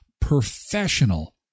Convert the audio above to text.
professional